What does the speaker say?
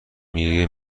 میگه